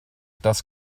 das